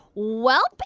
well,